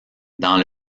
dans